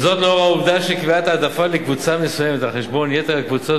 וזאת לאור העובדה שקביעת העדפה לקבוצה מסוימת על חשבון יתר הקבוצות